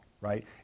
right